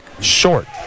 short